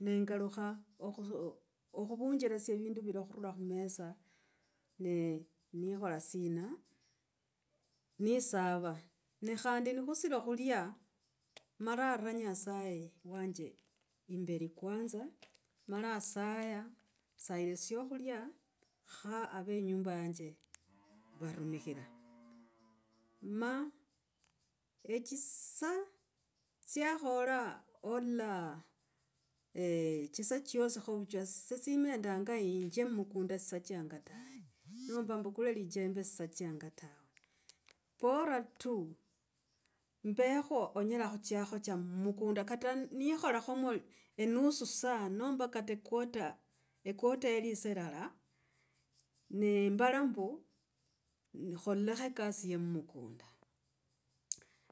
Nengalukha okhu okhuvunjeresia vindu vira khurula khumosa ne, nikhola sina nisava. Ne khandi ni khusiri khulya mara raa nyasaye wanje imberi kwanza, mala saya. Sayira syakhulya kha aveinyumba yanje varumikhire. Ma echisaa tsyakhola olola echisaa chosi, kho vuchaa esesisimanga nje mukunda sechanga tawe. Nomba mbukula lichembe sachanga tawe. Bora tu mbekho onyela khuchakho cha mukunda kata nikholakho enusu saa nomba kata quarter, quarter ya lisaa lilala, nembala mbu kholekho ekasi ya mukunda.